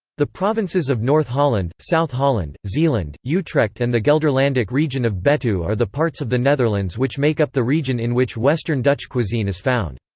the provinces of north holland, south holland, zeeland, utrecht and the gelderlandic region of betuwe are the parts of the netherlands which make up the region in which western dutch cuisine is found.